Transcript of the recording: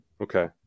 Okay